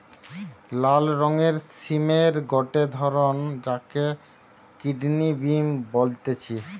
লাল রঙের সিমের গটে ধরণ যাকে কিডনি বিন বলতিছে